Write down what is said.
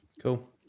Cool